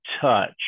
touch